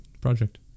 project